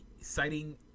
citing